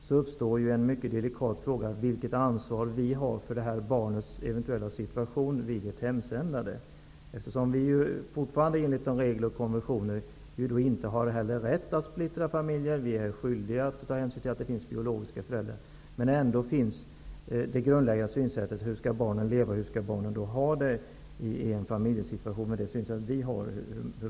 Då uppstår en mycket delikat fråga om vilket ansvar vi har för det här barnets situation vid ett eventuellt hemsändande. Enligt regler och konventioner har vi ju fortfarande inte rätt att splittra familjer. Vi är skyldiga att ta hänsyn till att det finns biologiska föräldrar. Ändå finns det grundläggande synsättet på hur barnet skall leva och växa upp och hur de skall ha det i en familjesituation.